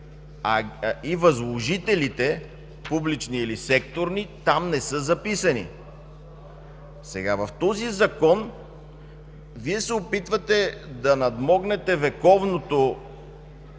Възложителите, публични или секторни, там не са записани. В този Закон Вие се опитвате да надмогнете вековното